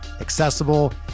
accessible